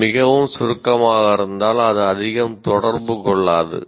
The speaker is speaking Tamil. இது மிகவும் சுருக்கமாக இருந்தால் அது அதிகம் தொடர்பு கொள்ளாது